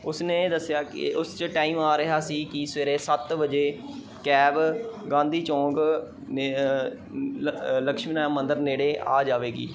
ਉਸਨੇ ਇਹ ਦੱਸਿਆ ਕਿ ਉਸ 'ਚ ਟਾਈਮ ਆ ਰਿਹਾ ਸੀ ਕਿ ਸਵੇਰੇ ਸੱਤ ਵਜੇ ਕੈਬ ਗਾਂਧੀ ਚੌਂਕ ਨ ਲ ਲਕਸ਼ਮੀ ਨਾਰਾਇਣ ਮੰਦਰ ਨੇੜੇ ਆ ਜਾਵੇਗੀ